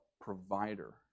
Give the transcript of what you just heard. provider